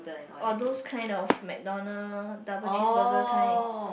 or those kind of McDonald double cheese burger kind